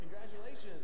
Congratulations